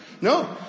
No